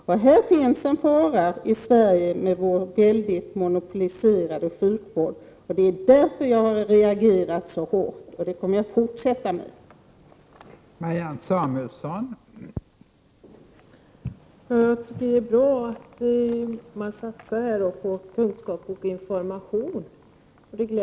Det finns en fara i Sverige med vår mycket monopoliserade sjukvård. Det är därför som jag har reagerat så hårt, och det kommer jag att fortsätta att göra.